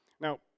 Now